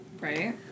Right